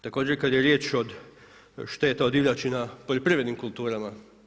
Također kada je riječ o šteti od divljači na poljoprivrednim kulturama.